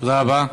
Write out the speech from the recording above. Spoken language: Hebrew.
תודה רבה.